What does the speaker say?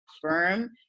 firm